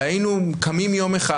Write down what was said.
והיינו קמים יום אחד,